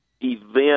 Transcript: event